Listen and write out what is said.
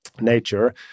nature